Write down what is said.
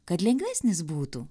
kad lengvesnis būtų